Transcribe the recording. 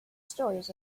stories